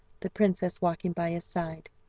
the princess walking by his side.